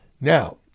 Now